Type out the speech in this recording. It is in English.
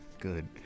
Good